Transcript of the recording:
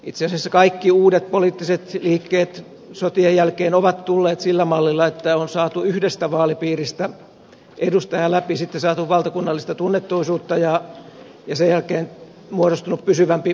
itse asiassa kaikki uudet poliittiset liikkeet sotien jälkeen ovat tulleet sillä mallilla että on saatu yhdestä vaalipiiristä edustaja läpi sitten saatu valtakunnallista tunnettuisuutta ja sen jälkeen on muodostunut pysyvämpi puoluerakenne